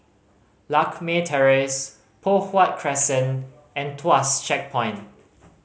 Lakme Terrace Poh Huat Crescent and Tuas Checkpoint